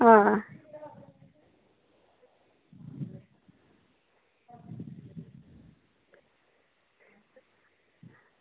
आं